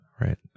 Right